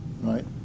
right